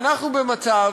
אנחנו במצב,